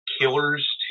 killers